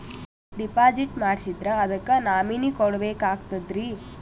Deposit ಮಾಡ್ಸಿದ್ರ ಅದಕ್ಕ nominee ಕೊಡಬೇಕಾಗ್ತದ್ರಿ?